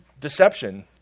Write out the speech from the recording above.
deception